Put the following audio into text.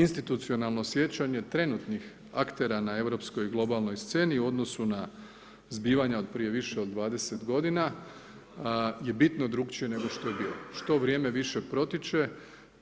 Institucionalno sjećanje trenutnih aktera na europskoj globalnoj sceni u odnosu na zbivanja od prije više od 20 godina je bitno drukčije nego što je bilo, što vrijeme više protiče